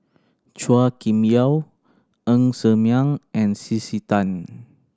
Chua Kim Yeow Ng Ser Miang and C C Tan